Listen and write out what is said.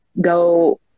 go